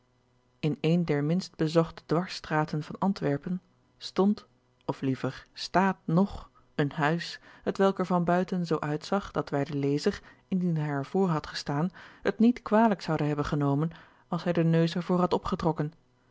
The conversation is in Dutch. in eene der minst bezochte dwarsstraten van antwerpen stond of liever staat nog een huis hetwelk er van buiten zoo uitzag dat wij den lezer indien hij er voor had gestaan het niet kwalijk zouden hebben genomen als hij den neus er voor had opgetrokken